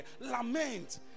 lament